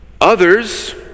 Others